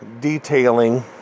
detailing